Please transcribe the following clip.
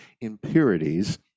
impurities